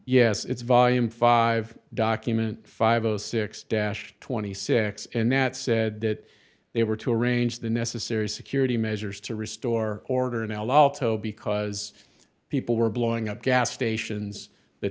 yes it's volume five document five o six dash twenty six and that said that they were to arrange the necessary security measures to restore order in a lotto because people were blowing up gas stations the